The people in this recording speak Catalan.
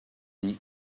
dir